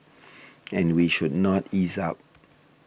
and we should not ease up